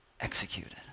executed